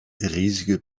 riesige